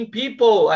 people